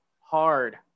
hard